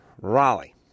Raleigh